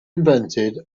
invented